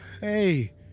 Hey